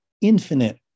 infinite